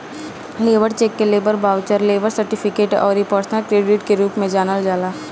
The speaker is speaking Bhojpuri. लेबर चेक के लेबर बाउचर, लेबर सर्टिफिकेट अउरी पर्सनल क्रेडिट के रूप में जानल जाला